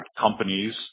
companies